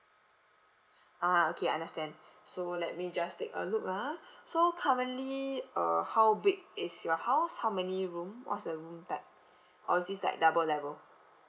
ah okay understand so let me just take a look ah so currently uh how big is your house how many room what's the room type or is this like double level